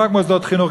לא רק מוסדות חינוך,